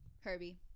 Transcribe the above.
Herbie